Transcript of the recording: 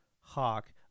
Hawk